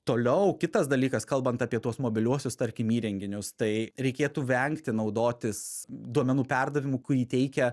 toliau kitas dalykas kalbant apie tuos mobiliuosius tarkim įrenginius tai reikėtų vengti naudotis duomenų perdavimu kurį teikia